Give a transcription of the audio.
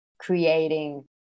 creating